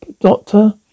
Doctor